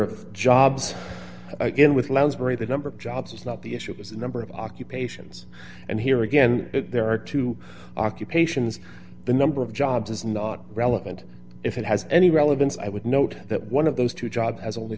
of jobs in with lounsbury the number of jobs is not the issue it was the number of occupations and here again there are two occupations the number of jobs is not relevant if it has any relevance i would note that one of those two jobs has only